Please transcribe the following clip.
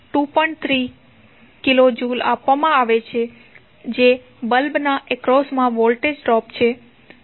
3 kilo joule આપવામાં આવે છે જે બલ્બના એક્રોસમાં વોલ્ટેજ ડ્રોપ છે